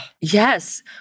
Yes